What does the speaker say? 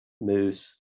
moose